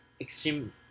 extreme